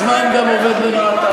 הם יבינו שהזמן גם עובד לרעתם.